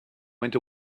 went